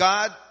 God